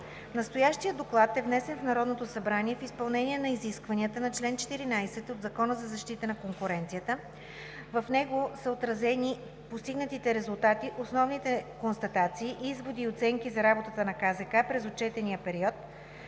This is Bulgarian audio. Настоящият доклад е внесен в Народното събрание в изпълнение на изискванията на чл. 14 от Закона за защита на конкуренцията (ЗЗК). В него са отразени постигнатите резултати, основните констатации, изводи и оценки за работата на КЗК през отчетния период,